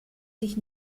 sich